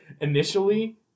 Initially